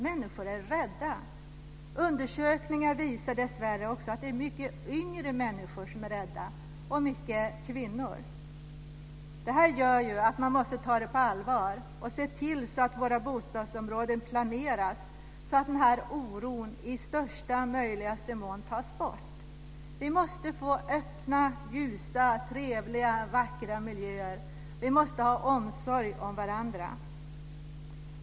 Människor är rädda. Undersökningar visar dessvärre också att många yngre människor liksom också kvinnor är rädda. Detta måste vi ta på allvar, och vi måste se till att våra bostadsområden planeras så att denna oro i största möjliga mån försvinner. Vi måste få öppna, ljusa, trevliga och vackra miljöer. Vi måste ha omsorg om varandra.